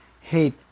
hate